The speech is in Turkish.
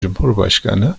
cumhurbaşkanı